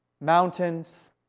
mountains